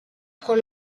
prend